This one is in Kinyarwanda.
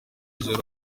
z’ijoro